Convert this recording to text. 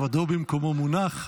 כבודו במקומו מונח.